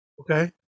okay